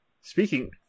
Speaking